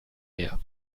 mehr